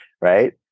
right